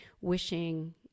wishing